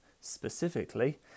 specifically